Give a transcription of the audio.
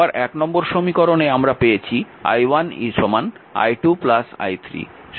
আবার নম্বর সমীকরণে আমরা পেয়েছি i1 i2 i3